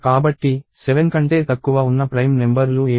కాబట్టి 7 కంటే తక్కువ ఉన్న ప్రైమ్ నెంబర్ లు ఏమిటి